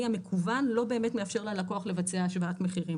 המקוון לא מאפשר ללקוח לבצע השוואת מחירים.